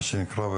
מה שנקרא,